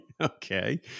Okay